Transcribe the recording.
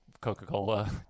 Coca-Cola